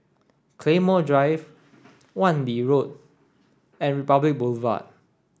Claymore Drive Wan Lee Road and Republic Boulevard